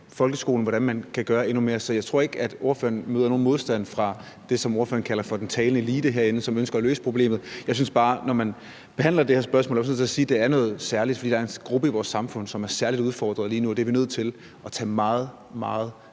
folkeskolen kan gøre endnu mere. Så jeg tror ikke, at ordføreren herinde møder nogen modstand fra det, som ordføreren kalder den talende elite, og som ønsker at løse problemet. Jeg synes bare, at når man behandler det her spørgsmål, er man også nødt til at sige, at det er noget særligt, fordi der er en gruppe i vores samfund, som er særlig udfordret lige nu, og det er vi nødt til at tage meget, meget